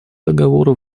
договору